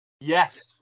Yes